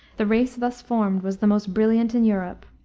the race thus formed was the most brilliant in europe.